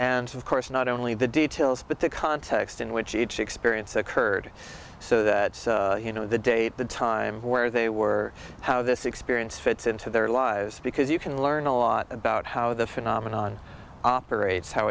and of course not only the details but the context in which each experience occurred so that you know the date the time where they were how this experience fits into their lives because you can learn a lot about how the phenomenon operates how